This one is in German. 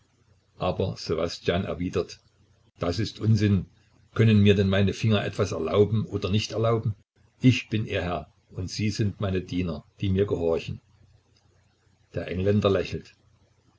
aber ssewastjan erwidert das ist unsinn können mir denn meine finger etwas erlauben oder nicht erlauben ich bin ihr herr und sie sind meine diener die mir gehorchen der engländer lächelt